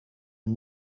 een